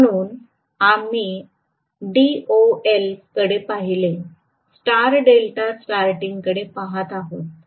म्हणून आम्ही DOL कडे पाहिले स्टार डेल्टा स्टारटिंग कडे पहात आहोत